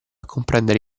comprendere